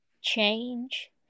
change